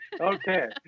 Okay